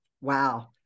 Wow